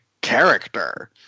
character